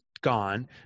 gone